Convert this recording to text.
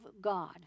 God